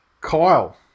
Kyle